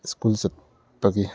school ꯆꯠꯄꯒꯤ